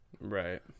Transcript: Right